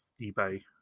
eBay